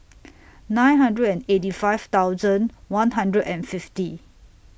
nine hundred and eighty five thousand one hundred and fifty